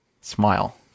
Smile